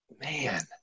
man